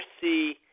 see